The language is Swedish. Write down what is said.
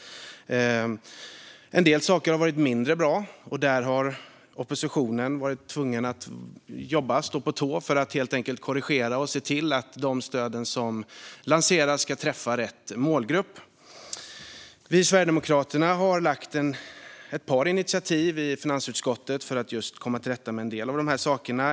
En del saker har varit mindre bra. Där har oppositionen varit tvungen att jobba och stå på tå för att helt enkelt korrigera och se till att de stöd som lanseras ska nå rätt målgrupp. Vi sverigedemokrater har lagt fram ett par initiativ i finansutskottet för att komma till rätta med en del av dessa saker.